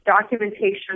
documentation